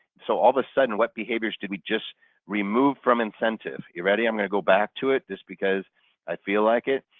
so all of a sudden, what behaviors did we just remove from incentive? you ready? i'm going to go back to it, just because i feel like it,